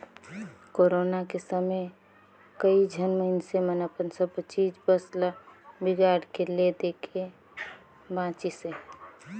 corona के समे कइझन मइनसे मन अपन सबो चीच बस ल बिगाड़ के ले देके बांचिसें